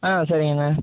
ஆ சரிங்கண்ணா